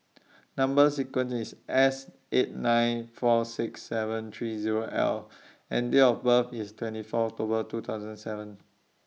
Number sequence IS S eight nine four six seven three Zero L and Date of birth IS twenty four October two thousand seven